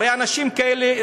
הרי לאנשים כאלה,